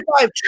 five